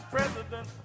President